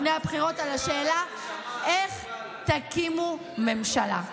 לפני הבחירות על השאלה: איך תקימו ממשלה.